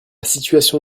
situation